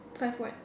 five what